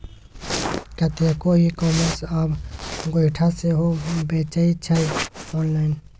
कतेको e commerce आब गोयठा सेहो बेचै छै आँनलाइन